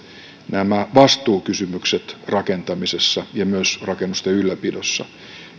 nämä vastuukysymykset rakentamisessa ja myös rakennusten ylläpidossa